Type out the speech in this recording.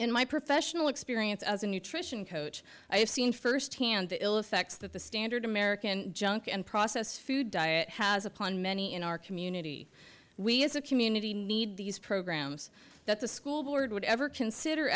in my professional experience as a nutrition coach i have seen first hand the ill effects that the standard american junk and processed food diet has upon many in our community we as a community need these programs that the school board would ever consider